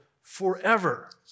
forever